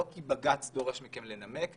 לא כי בג"ץ דורש מכם לנמק.